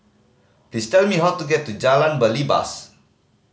please tell me how to get to Jalan Belibas